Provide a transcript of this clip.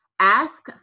ask